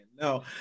no